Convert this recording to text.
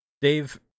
Dave